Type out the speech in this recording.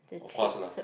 of course lah